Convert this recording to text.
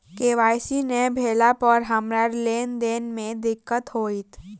KYC नै भेला पर हमरा लेन देन मे दिक्कत होइत?